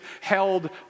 held